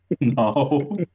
No